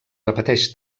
repeteix